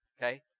Okay